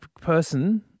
person